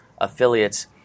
affiliates